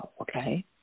okay